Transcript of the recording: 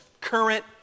current